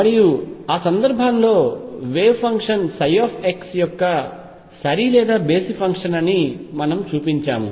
మరియు ఆ సందర్భంలో వేవ్ ఫంక్షన్ ψ యొక్క సరి లేదా బేసి ఫంక్షన్ అని మనము చూపించాము